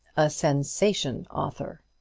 sensation author.